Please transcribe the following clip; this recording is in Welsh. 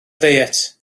ddiet